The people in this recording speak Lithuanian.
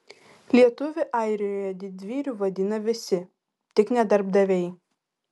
lietuvį airijoje didvyriu vadina visi tik ne darbdaviai